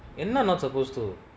என்ன:enna not supposed to